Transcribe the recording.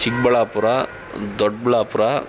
Chikkaballapur Doddaballapura